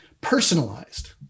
personalized